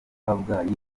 kabgayi